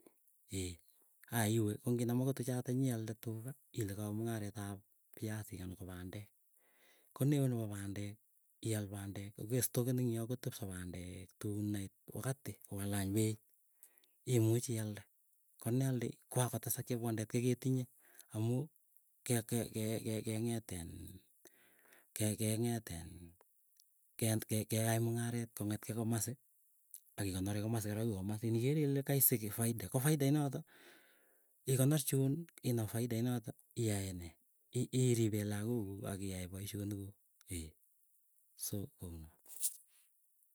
ayaiwe konginam akot tuchata nyialde tuga ile kawe mung'aret ab piasik ana kondek. Konewe nepo pandek ial pandek kokestoken inyoo kotepso pandek, tuun nait wakati kokalany peit imuchi ialde. Konealde kwakotesak chepkondet kei ketinye, amuu ke keke keng'eetin kekeng'etin keai mung'aret kong'etkei komasi, akikonoree komasi kora kara kouyoo pmasin. Igere ile kaisi kiiy faida ko faida inoto ikonor chuun inam faida inoto iae nee. Iripee lakook kuuk akiyae poisyonik kuuk ee, so kounot.